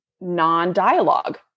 non-dialogue